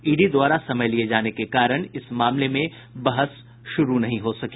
ED द्वारा समय लिये जाने के कारण इस मामले में बहस शुरू नहीं हो सकी